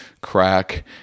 Crack